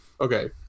Okay